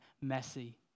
messy